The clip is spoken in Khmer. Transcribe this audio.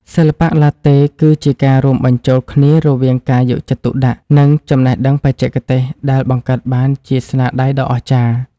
សិល្បៈឡាតេ គឺជាការរួមបញ្ចូលគ្នារវាងការយកចិត្តទុកដាក់ និងចំណេះដឹងបច្ចេកទេសដែលបង្កើតបានជាស្នាដៃដ៏អស្ចារ្យ។